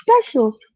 special